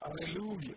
Hallelujah